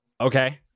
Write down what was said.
okay